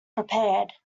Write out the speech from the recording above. prepared